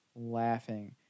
laughing